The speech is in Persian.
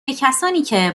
کسانیکه